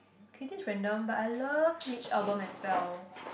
okay this random but I love Mitch-Albom as well